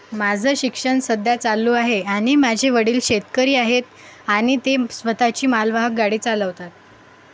माझं शिक्षण सध्या चालू आहे आणि माझे वडील शेतकरी आहेत आणि ते स्वतःची मालवाहक गाडी चालवतात